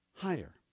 higher